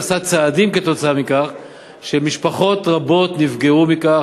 ועשה צעדים כתוצאה מכך ומשפחות רבות נפגעו מכך.